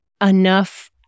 enough